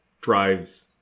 drive